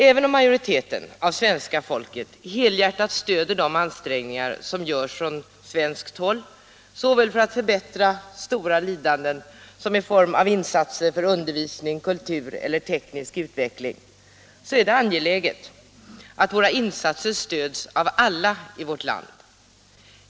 Även om majoriteten av svenska folket helhjärtat stöder de ansträngningar som görs från svenskt håll såväl för att minska stora lidanden som i form av insatser för undervisning, kultur eller teknisk utveckling så är det angeläget att våra insatser stöds av alla i vårt land.